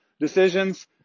decisions